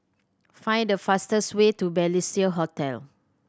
find the fastest way to Balestier Hotel